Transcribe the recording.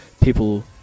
people